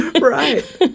Right